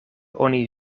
oni